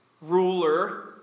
ruler